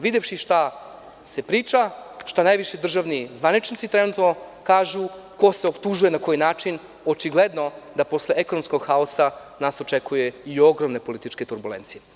Videvši šta se priča, šta najviši državni zvaničnici trenutno kažu, ko se optužuje na koji način, očigledno da posle ekonomskog haosa, nas očekuje i ogromne političke turbulencije.